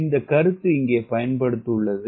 அந்த கருத்து இங்கே பயன்படுத்தப்பட்டுள்ளது